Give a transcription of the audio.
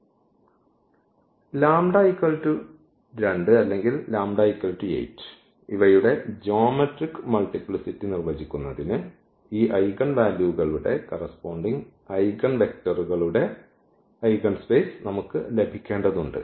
λ 2 അല്ലെങ്കിൽ λ 8 ഇവയുടെ geometric multiplicity നിർവചിക്കുന്നതിന് ഈ ഐഗൻ വാല്യൂകളുടെ ഐഗൻ വെക്റ്ററുകളുടെ ഐഗൻ സ്പേസ് നമുക്ക് ലഭിക്കേണ്ടതുണ്ട്